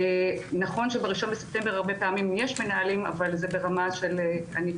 נכון שב-1 בספטמבר הרבה פעמים יש מנהלים אבל זה ברמה טכנית,